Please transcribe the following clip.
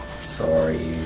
Sorry